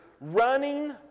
running